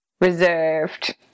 reserved